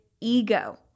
ego